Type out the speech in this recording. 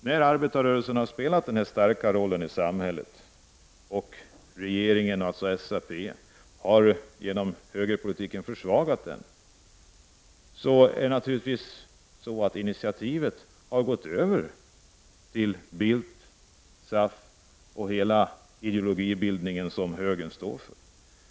När arbetarrörelsen har spelat den här starka rollen i samhället och SAP i regeringen genom högerpolitiken försvagat den, har naturligtvis initiativet gått över till Bildt, SAF och den ideologibildning som högern står för.